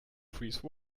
freeze